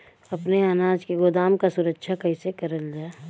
अपने अनाज के गोदाम क सुरक्षा कइसे करल जा?